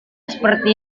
seperti